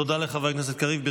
תודה לחבר הכנסת קריב.